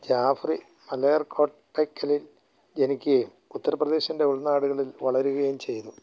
ജാഫ്രി മലേർകോട്ട്ലയിൽ ജനിക്കുകയും ഉത്തർപ്രദേശിൻ്റെ ഉൾനാടുകളിൽ വളരുകയും ചെയ്തു